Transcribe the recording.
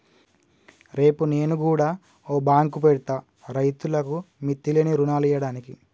రేపు నేను గుడ ఓ బాంకు పెడ్తా, రైతులకు మిత్తిలేని రుణాలియ్యడానికి